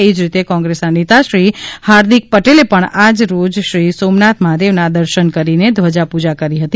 એ જ રીતે કોંગ્રેસના નેતા શ્રી હાર્દિક પટેલે પણ આજ રોજ શ્રી સોમનાથ મહાદેવના દર્શન કરીને ધ્વજાપૂજા કરી હતી